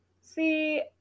See